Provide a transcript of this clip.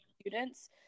students